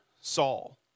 Saul